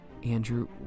Andrew